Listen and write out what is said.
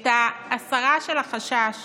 את ההסרה של החשש